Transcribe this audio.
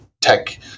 tech